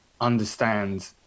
understand